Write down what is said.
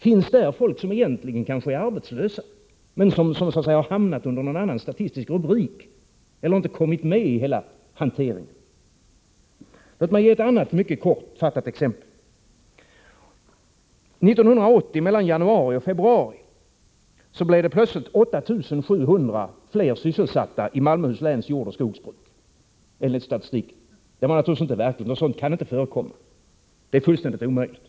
Finns där personer som egentligen är arbetslösa men som har hamnat under någon annan statistisk rubrik eller inte kommit med i hela hanteringen? Låt mig, mycket kortfattat, ge ett annat exempel. Mellan januari och februari 1980 var plötsligt 8 700 fler sysselsatta i Malmöhus läns jordoch skogsbruk, enligt statistiken. Det är naturligtvis inte verkligt. Något sådant kan inte förekomma. Det är fullständigt omöjligt.